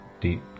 deep